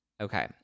Okay